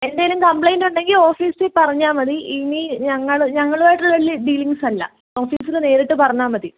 എന്തേലും കംപ്ലയിൻ്റ് ഉണ്ടെങ്കിൽ ഓഫീസിൽ പറഞ്ഞാൽ മതി ഇനി ഞങ്ങൾ ഞങ്ങളുമായിട്ടുള്ള ഡീലിങ്സല്ല ഓഫീസിൽ നേരിട്ട് പറഞ്ഞാൽ മതി